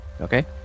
Okay